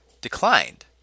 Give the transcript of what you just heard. declined